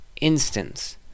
instance